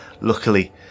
luckily